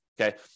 Okay